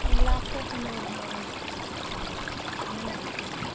லாஸ்ட்டாக சொன்ன ஒரு நாலஞ்சி ஃபுட்டு மட்டும் சொல்லுங்கம்மா என்னென்ன டிஷ்ஷுன்னு